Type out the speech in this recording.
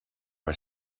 are